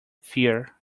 fear